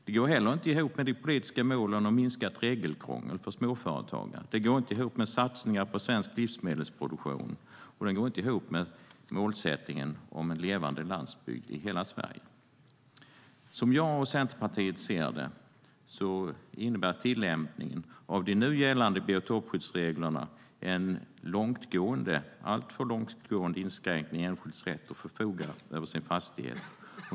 Det går heller inte ihop med de politiska målen om minskat regelkrångel för småföretagare, går inte ihop med satsningar på svensk livsmedelsproduktion och går inte ihop med målsättningen om en levande landsbygd i hela Sverige. Som jag och Centerpartiet ser det innebär tillämpningen av de nu gällande biotopskyddsreglerna en alltför långtgående inskränkning i enskilds rätt att förfoga över sin fastighet.